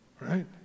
right